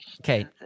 Okay